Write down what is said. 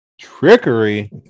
trickery